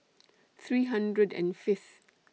three hundred and Fifth